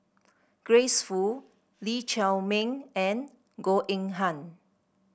Grace Fu Lee Chiaw Meng and Goh Eng Han